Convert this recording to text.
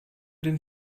den